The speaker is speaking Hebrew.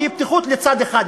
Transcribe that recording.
זו פתיחות לצד אחד,